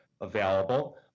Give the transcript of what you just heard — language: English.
available